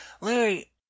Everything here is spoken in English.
Larry